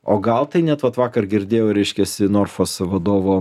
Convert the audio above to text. o gal tai net vat vakar girdėjau reiškiasi norfos vadovo